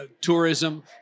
tourism